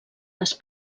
les